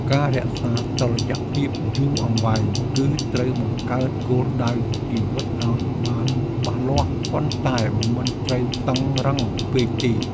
ការរក្សាតុល្យភាពយូរអង្វែង គឹត្រូវបង្កើតគោលដៅជីវិតឱ្យបានច្បាស់លាស់ ប៉ុន្តែមិនត្រូវតឹងរ៉ឹងពេកទេ។